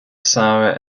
sara